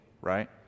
right